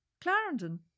Clarendon